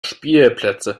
spielplätze